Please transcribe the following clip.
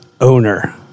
owner